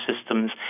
systems